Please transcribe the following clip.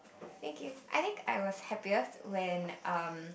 thank you I think I was happiest when um